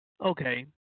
Okay